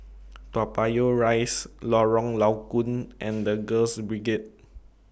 Toa Payoh Rise Lorong Low Koon and The Girls Brigade